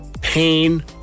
pain